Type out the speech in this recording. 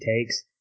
takes